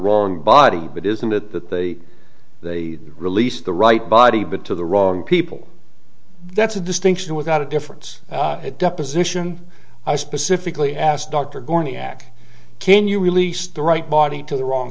wrong body but isn't it that they they released the right body but to the wrong people that's a distinction without a difference at deposition i specifically asked dr gorney akc can you release the right body to the wrong